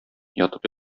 ятып